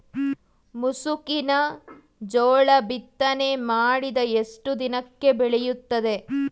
ಮುಸುಕಿನ ಜೋಳ ಬಿತ್ತನೆ ಮಾಡಿದ ಎಷ್ಟು ದಿನಕ್ಕೆ ಬೆಳೆಯುತ್ತದೆ?